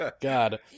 God